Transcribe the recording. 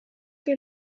que